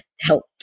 help